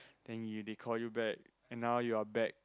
then he they call you back and now you are back